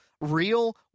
real